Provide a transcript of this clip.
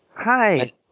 Hi